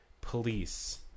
police